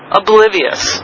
oblivious